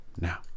now